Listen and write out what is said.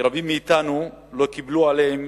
שרבים מאתנו לא קיבלו עליהן